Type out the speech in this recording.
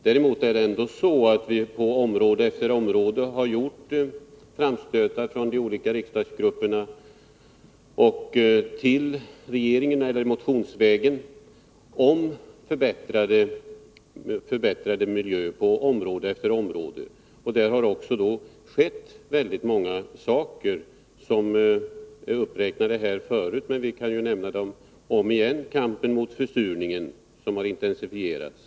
Däremot har det gjorts framstötar från de olika riksdagsgrupperna till regeringen eller motionsvägen om förbättrad miljö på område efter område. Det har också gjorts väldigt mycket som har räknats upp här förut och som jag kan räkna upp igen. Kampen mot försurningen har intensifierats.